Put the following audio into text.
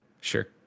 Sure